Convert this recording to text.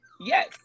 Yes